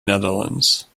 netherlands